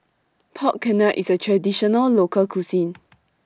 Pork Knuckle IS A Traditional Local Cuisine